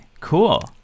Cool